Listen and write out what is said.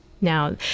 Now